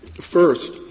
first